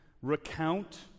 recount